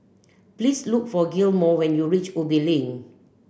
please look for Gilmore when you reach Ubi Link